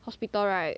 hospital right